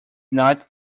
not